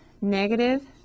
negative